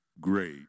great